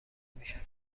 میشود